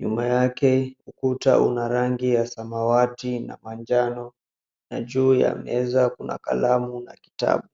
Nyuma yake ukuta una rangi ya samawati na manjano, na juu ya meza kuna kalamu na kitabu.